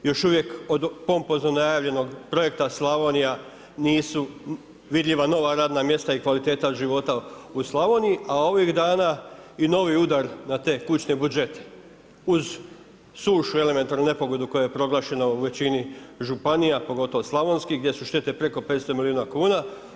Još uvijek od pompozno najavljenog projekta Slavonija nisu vidljiva nova radna mjesta i kvaliteta života u Slavoniji, a ovih dana i novi udar na te kućne budžete uz sušu, elementarnu nepogodu koja je proglašena u većini županija pogotovo slavonskih gdje su štete preko 500 milijuna kuna.